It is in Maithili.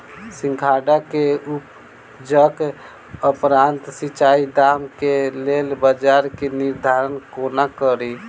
सिंघाड़ा केँ उपजक उपरांत उचित दाम केँ लेल बजार केँ निर्धारण कोना कड़ी?